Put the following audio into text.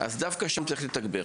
אז דווקא שם צריך לתגבר.